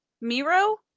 miro